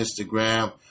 Instagram